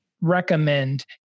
recommend